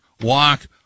walk